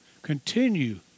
Continue